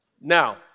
Now